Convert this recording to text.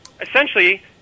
essentially